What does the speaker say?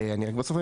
אבל בסוף,